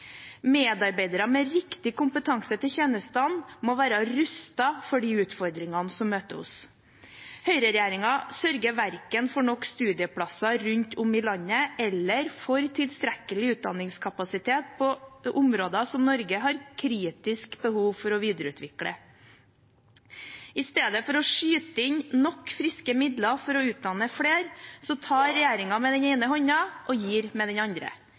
Medarbeidere med riktig kompetanse til tjenestene må være rustet for de utfordringene som møter oss. Høyreregjeringen sørger verken for nok studieplasser rundt om i landet eller for tilstrekkelig utdanningskapasitet på områder som Norge har et kritisk behov for å videreutvikle. I stedet for å skyte inn nok friske midler for å utdanne flere tar regjeringen med den ene hånden og gir med den andre.